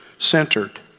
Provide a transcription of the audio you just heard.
centered